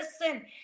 listen